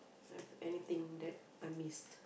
have anything that I miss